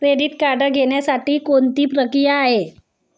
Credit card घेण्यासाठी कोणती प्रक्रिया आहे?